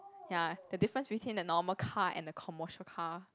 ya the difference between the normal car and the commercial car